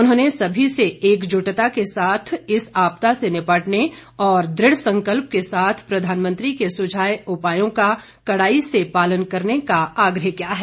उन्होंने सभी से एकजुटता के साथ इस आपदा से निपटने और दृढ़ संकल्प के साथ प्रधानमंत्री के सुझाए उपायों का कड़ाई से पालन करने का आग्रह किया है